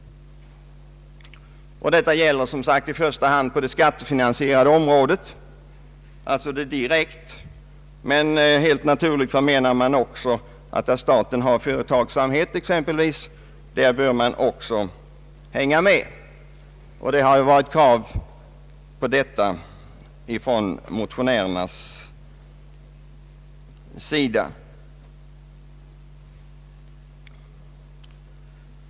Detta gäller som sagt i första hand det direkt skattefinansierade området, men helt naturligt menar man också att där staten bedriver företagsamhet, där bör man även vara föregångare. Krav härom har framställts från motionärernas sida.